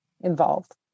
involved